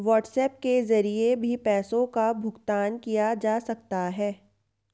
WhatsApp के जरिए भी पैसों का भुगतान किया जा सकता है